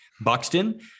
Buxton